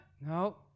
No